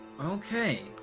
Okay